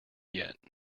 yet